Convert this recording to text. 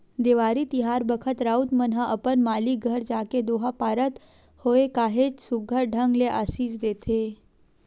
देवारी तिहार बखत राउत मन ह अपन मालिक घर जाके दोहा पारत होय काहेच सुग्घर ढंग ले असीस देथे